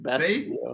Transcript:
see